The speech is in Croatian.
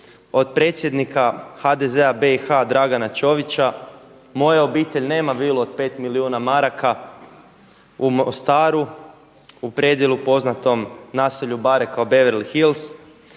od predsjednika HDZ-a BIH Dragana Čovića moja obitelj nema vilu od 5 milijuna maraka u Mostaru, u predjelu poznatom naselju Bare kao Beverly Hills,